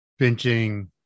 benching